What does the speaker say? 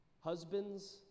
Husbands